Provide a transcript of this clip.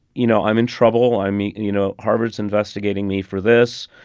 you know, i'm in trouble. i mean, you know, harvard's investigating me for this.